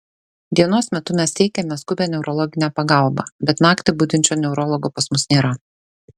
dienos metu mes teikiame skubią neurologinę pagalbą bet naktį budinčio neurologo pas mus nėra